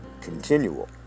continual